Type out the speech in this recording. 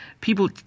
people